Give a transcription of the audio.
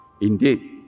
indeed